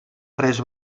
tres